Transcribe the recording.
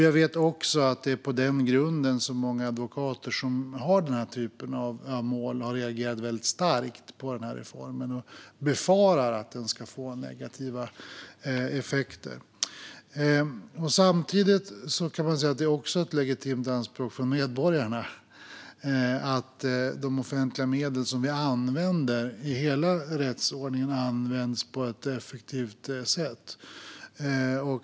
Jag vet också att det är på den grunden som många advokater som arbetar med den här typen av mål har reagerat starkt på reformen och befarar att den ska få negativa effekter. Samtidigt kan man säga att det är ett legitimt anspråk från medborgarna att de offentliga medel vi använder i hela rättsordningen används på ett effektivt sätt.